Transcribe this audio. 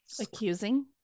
Accusing